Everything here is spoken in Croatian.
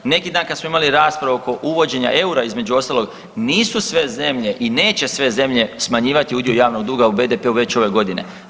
Neki dan kad smo imali raspravu oko uvođenja eura između ostalog nisu sve zemlje i neće sve zemlje smanjivati udio javnog duga u BDP-u već ove godine.